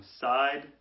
side